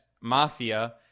mafia